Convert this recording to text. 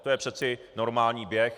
To je přeci normální běh.